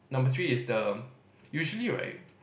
number three is the usually right